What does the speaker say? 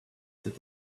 that